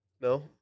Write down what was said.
No